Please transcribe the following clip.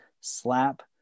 slap